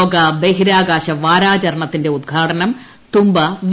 ലോക ബഹിരാകാശ വാരാചരണത്തിന്റെ ഉദ്ഘാടനം തുമ്പ വി